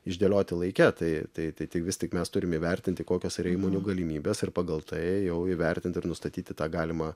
išdėlioti laike tai tai tai vis tik mes turime įvertinti kokios yra įmonių galimybės ir pagal tai jau įvertinti ir nustatyti tą galimą